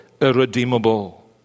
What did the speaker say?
irredeemable